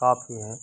काफ़ी हैं